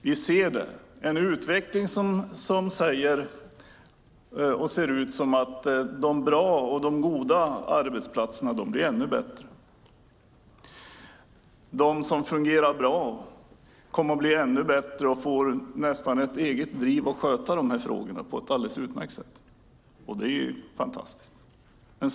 Vi ser en utveckling som ser ut som att de bra och goda arbetsplatserna blir ännu bättre. De som fungerar bra kommer att bli ännu bättre och får nästan ett eget driv att sköta de här frågorna på ett alldeles utmärkt sätt, och det är ju fantastiskt.